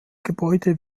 gebäude